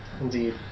Indeed